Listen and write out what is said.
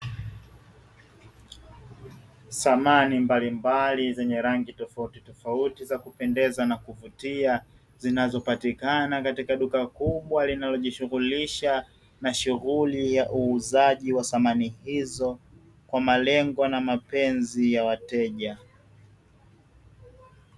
Samani mbalimbali zenye rangi tofautitofauti za kupendeza na kuvutia, zinazopatikana katika duka kubwa linalojishughulisha na shughuli ya uuzaji wa samani hizo kwa malengo na mapenzi ya wateja.